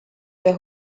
their